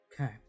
Okay